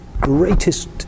greatest